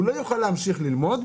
הוא לא יוכל להמשיך ללמוד,